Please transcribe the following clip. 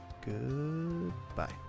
goodbye